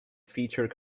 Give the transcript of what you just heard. feature